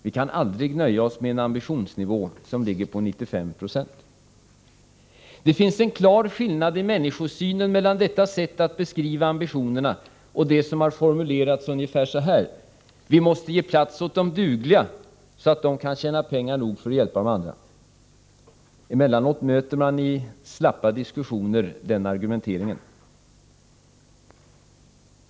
Vi kan aldrig nöja oss med en ambitionsnivå, som ligger på 95 90. Det finns en klar skillnad i människosynen mellan detta sätt att beskriva ambitionerna och det som formulerats ungefär så här: ”Vi måste ge plats åt de dugliga, så att de kan tjäna pengar nog för att hjälpa de andra.” Emellanåt möter man i slappa diskussioner den argumenteringen.